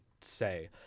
say